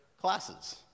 classes